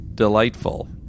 Delightful